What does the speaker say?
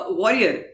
warrior